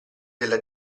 della